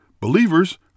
believers